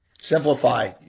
Simplify